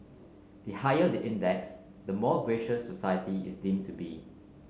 the higher the index the more gracious society is deemed to be